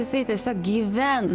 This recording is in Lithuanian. jisai tiesiog gyvens